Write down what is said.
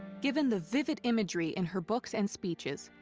given the vivid imagery in her books and speeches,